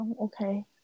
okay